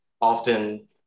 often